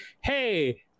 hey